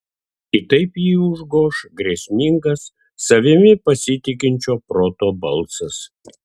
kitaip jį užgoš grėsmingas savimi pasitikinčio proto balsas